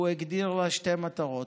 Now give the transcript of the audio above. הוא הגדיר שתי מטרות.